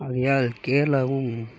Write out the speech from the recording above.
ஆகையால் கேரளாவும்